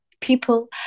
people